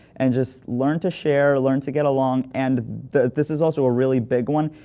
and just learn to share, learn to get along. and this is also a really big one.